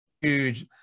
huge